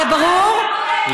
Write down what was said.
זה ברור?